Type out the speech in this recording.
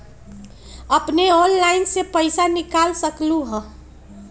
अपने ऑनलाइन से पईसा निकाल सकलहु ह?